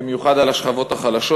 במיוחד על השכבות החלשות,